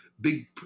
big